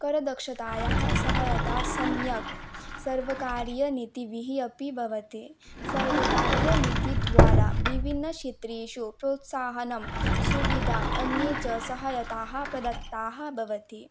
करदक्षतायाः साहाय्यता सम्यक् सर्वकारीयनीतिभिः अपि भवति सर्वकारीयनीतिद्वारा विभिन्नक्षेत्रेषु प्रोत्साहनं सुविधा अन्ये च साहाय्यताः प्रदत्ताः भवति